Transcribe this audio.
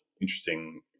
interesting